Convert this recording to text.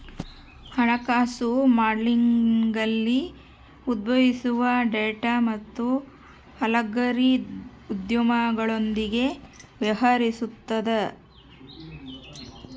ಹಣಕಾಸು ಮಾಡೆಲಿಂಗ್ನಲ್ಲಿ ಉದ್ಭವಿಸುವ ಡೇಟಾ ಮತ್ತು ಅಲ್ಗಾರಿದಮ್ಗಳೊಂದಿಗೆ ವ್ಯವಹರಿಸುತದ